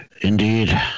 Indeed